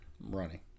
Running